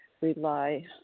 rely